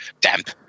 damp